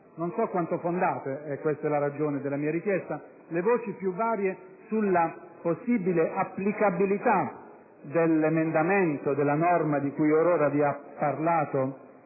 non so quanto fondate, e questa è la ragione della mia richiesta - le voci più varie sulla possibile applicabilità della norma, di cui vi ha ora parlato